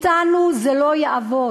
אתנו זה לא יעבוד.